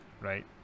right